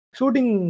Shooting